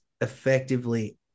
effectively